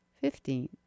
Fifteen